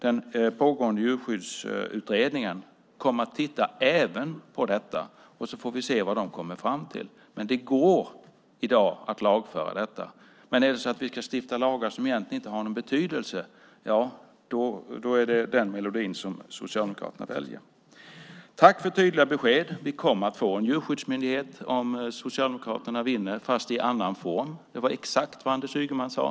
Den pågående djurskyddsutredningen kommer att titta även på detta, och vi får se vad den kommer fram till. Det går att lagföra detta i dag. Men om vi ska stifta lagar som egentligen inte har någon betydelse är det den melodin som Socialdemokraterna väljer. Tack för tydliga besked! Vi kommer att få en djurskyddsmyndighet om Socialdemokraterna vinner, fast i annan form. Det var exakt vad Anders Ygeman sade.